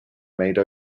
made